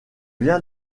viens